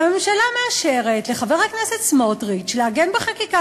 והממשלה מאשרת לחבר הכנסת סמוטריץ לעגן בחקיקה